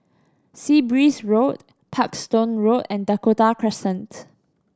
Sea Breeze Road Parkstone Road and Dakota Crescent